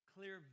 Clear